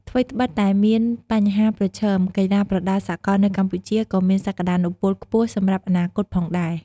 ថ្វីត្បិតតែមានបញ្ហាប្រឈម កីឡាប្រដាល់សកលនៅកម្ពុជាក៏មានសក្ដានុពលខ្ពស់សម្រាប់អនាគតផងដែរ.